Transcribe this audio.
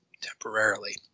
temporarily